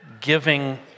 giving